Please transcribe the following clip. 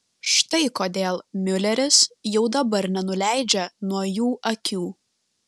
štai kodėl miuleris jau dabar nenuleidžia nuo jų akių